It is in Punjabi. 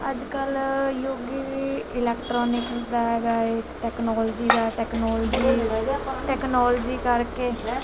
ਅੱਜ ਕੱਲ੍ਹ ਯੁੱਗ ਵੀ ਇਲੈਕਟਰੋਨਿਕਸ ਦਾ ਹੈਗਾ ਏ ਟੈਕਨੋਲਜੀ ਦਾ ਟੈਕਨੋਲਜੀ ਹੈਗਾ ਟੈਕਨੋਲਜੀ ਕਰਕੇ